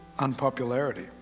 Unpopularity